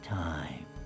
time